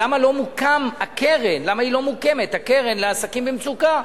למה לא מוקמת הקרן לסיוע לעסקים במצוקה?